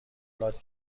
داد